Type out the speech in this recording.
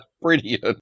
brilliant